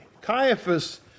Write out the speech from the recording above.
Caiaphas